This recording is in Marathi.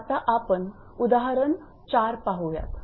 आता आपण उदाहरण 4 पाहूयात